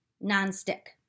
non-stick